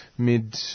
Mid